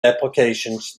applications